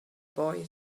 boy